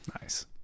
Nice